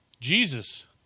Jesus